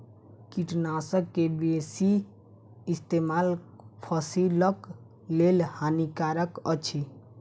कीटनाशक के बेसी इस्तेमाल फसिलक लेल हानिकारक अछि